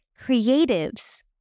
Creatives